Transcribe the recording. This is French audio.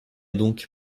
donc